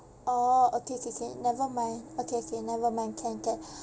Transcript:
orh okay okay okay never mind okay okay never mind can can